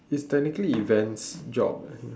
it's technically events job eh